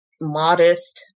modest